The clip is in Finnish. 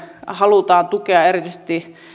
halutaan tukea erityisesti